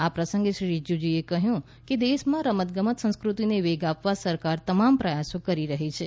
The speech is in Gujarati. આ પ્રસંગે શ્રી રીજીજુએ કહયું કે દેશમાં રમતગમત સંસ્કૃતિને વેગ આપવા સરકાર તમામ પ્રયાસો કરી રહી છે